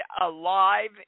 alive